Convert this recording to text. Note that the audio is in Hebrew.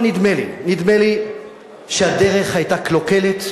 אבל נדמה לי, נדמה לי שהדרך היתה קלוקלת,